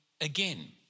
again